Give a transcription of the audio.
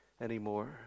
anymore